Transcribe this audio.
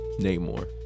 namor